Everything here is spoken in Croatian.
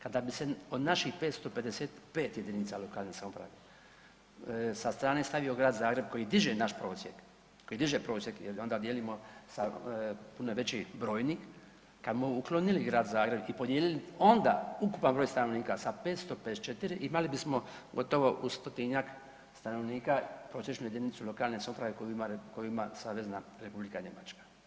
Kada bi se od naših 555 jedinica lokalne samouprave sa strane stavio Grad Zagreb koji diže naš prosjek, koji diže prosjek onda dijelimo puno veći brojnik, kada bimo uklonili Grad Zagreb i podijelili onda ukupan broj stanovnika sa 554 imali bismo gotovo u stotinjak stanovnika prosječnu jedinicu lokalne samouprave koju ima Savezna Republika Njemačka.